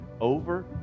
over